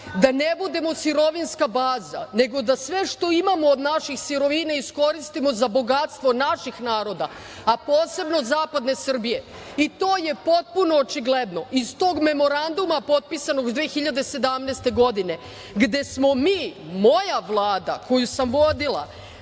da ne budemo sirovinska baza, nego da sve što imamo iskoristimo za bogatstva naših naroda, a posebno zapadne Srbije i to je potpuno očigledno iz tog memoranduma potpisanog 2017. godine, gde smo mi, moja Vlada koju sam vodila,